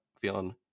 feeling